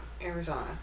Arizona